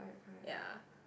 ya